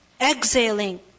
Exhaling